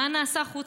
מה נעשה חוץ